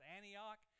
Antioch